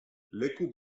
leku